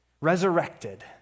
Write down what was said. resurrected